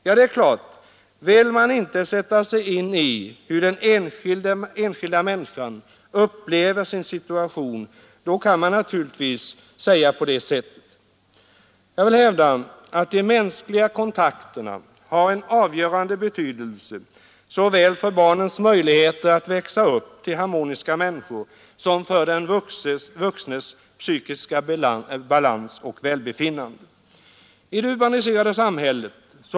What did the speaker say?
Ja, det är klart att vill man inte sätta sig in i hur den enskilda människan själv upplever sin situation då kan man naturligtvis säga på det sättet. Jag vill hävda att de mänskliga kontakterna har en avgörande betydelse såväl för barnens möjligheter att växa upp till harmoniska människor som för den vuxnes psykiska balans och välbefinnande.